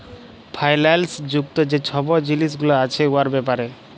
ফাইল্যাল্স যুক্ত যে ছব জিলিস গুলা আছে উয়ার ব্যাপারে